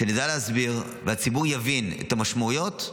כשנדע להסביר והציבור יבין את המשמעויות,